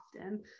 often